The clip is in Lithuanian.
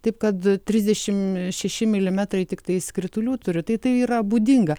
taip kad trisdešim šeši milimetrai tiktais kritulių turi tai tai yra būdinga